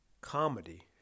comedy